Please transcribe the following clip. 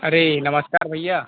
अरे नमस्कार भैया